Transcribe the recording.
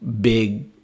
big